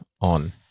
on